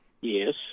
yes